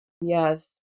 yes